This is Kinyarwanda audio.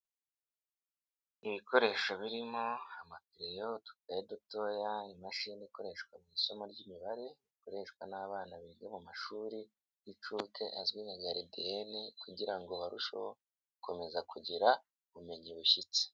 Ibikoresho birimo amakereyo, udukayi dutoya, imashini ikoreshwa mu isomo ry'imibare rikoreshwa n'abana biga mu mashuri y'inshuke azwi nka garidiyene kugira ngo barusheho gukomeza kugira ubumenyi bushyitse.